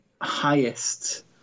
highest